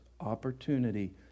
opportunity